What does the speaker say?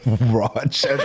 watch